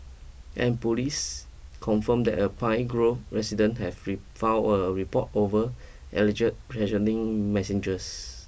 and police confirmed that a Pine Grove resident have be file a report over alleged threatening messages